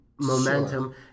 momentum